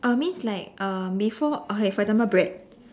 uh means like uh before okay for example bread